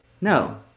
No